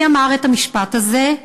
מי אמר את המשפט הזה?